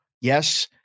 yes